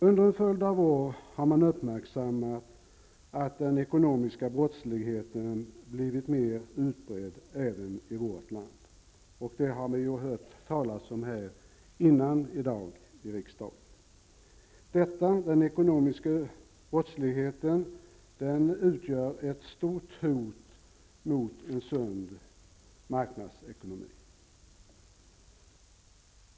Under en följd av år har man uppmärksammat att den ekonomiska brottsligheten blivit mer utbredd även i vårt land. Det har vi hört talas om tidigare här i dag i riksdagen. Den ekonomiska brottsligheten utgör ett stort hot mot en sund marknadsekonomi.